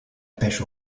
pêche